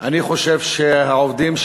אני חושב שהעובדים,